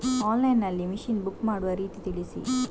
Online ನಲ್ಲಿ machine book ಮಾಡುವ ರೀತಿ ತಿಳಿಸಿ?